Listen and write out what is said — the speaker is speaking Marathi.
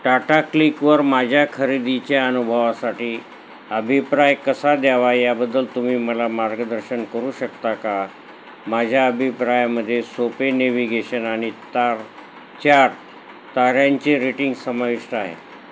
टाटा क्लिकवर माझ्या खरेदीच्या अनुभवासाठी अभिप्राय कसा द्यावा याबद्दल तुम्ही मला मार्गदर्शन करू शकता का माझ्या अभिप्रायामध्ये सोपे नेव्हिगेशन आणि तार चार ताऱ्यांचे रेटिंग समाविष्ट आहे